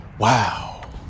Wow